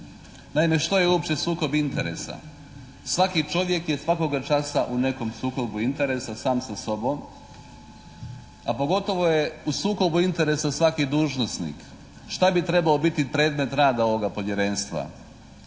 Naime, što je uopće sukoba interesa? Svaki čovjek je svakoga časa u nekom sukobu interesa sam sa sobom, a pogotovo je u sukobu interesa svaki dužnosnik. Šta bi trebao biti predmet rada ovoga Povjerenstva?